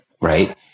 right